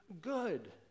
good